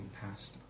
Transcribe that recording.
past